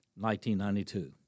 1992